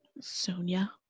Sonia